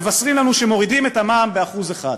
מבשרים לנו שמורידים את המע"מ ב-1%.